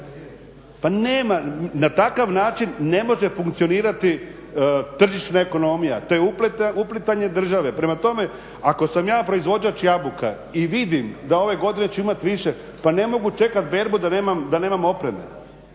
Pa nema, na takav način ne može funkcionirati tržišna ekonomija, to je uplitanje države. Prema tome, ako sam ja proizvođač jabuka i vidim da ove godine ću imati više, pa ne mogu čekati berbu da nemam opreme.